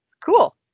Cool